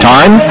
Time